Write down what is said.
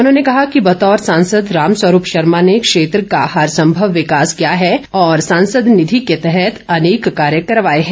उन्होंने कहा कि बतौर सांसद राम स्वरूप शर्मा ने क्षेत्र का हर संभव विकास किया है और सांसद निधि के तहत अनेक कार्य करवाए हैं